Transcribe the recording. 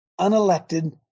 unelected